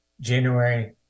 January